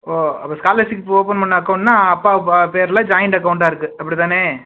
ஓ அப்போ ஸ்காலர்ஷிப்க்கு ஓப்பன் பண்ண அக்கௌண்ட்னா அப்பா பா பெயர்ல ஜாயிண்ட் அக்கௌண்ட்டாக இருக்குது அப்படி தானே